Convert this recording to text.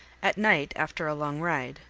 at night, after a long ride,